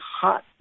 hot